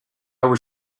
were